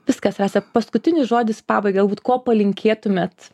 viskas rasa paskutinis žodis pabaigai galbūt ko palinkėtumėt